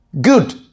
good